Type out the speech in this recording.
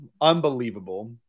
unbelievable